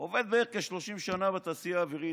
הוא עובד כ-30 שנה בתעשייה האווירית,